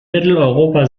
mitteleuropa